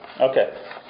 Okay